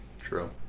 True